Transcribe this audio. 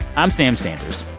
i'm sam sanders.